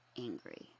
angry